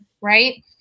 right